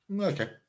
Okay